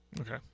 Okay